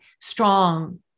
strong